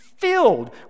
filled